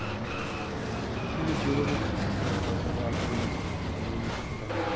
হ্যাঁ মানে যেরম একটা থাকে না পারফিউমে এক রকম ব্যাপার থাকে ওরম সেটা নেই